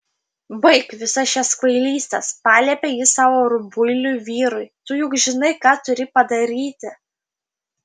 baik visas šias kvailystes paliepė ji savo rubuiliui vyrui tu juk žinai ką turi padaryti